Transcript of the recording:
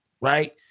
right